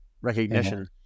recognition